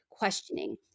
Questioning